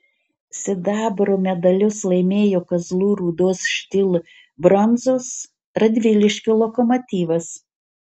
sidabro medalius laimėjo kazlų rūdos stihl bronzos radviliškio lokomotyvas